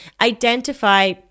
Identify